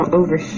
over